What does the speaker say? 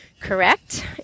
correct